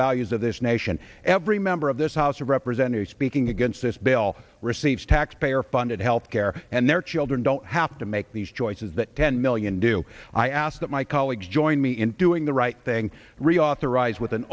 values of this nation every member of this house of representatives speaking against this bill receives taxpayer funded health care and their children don't have to make these choices that ten million do i ask that my colleagues join me in doing the right thing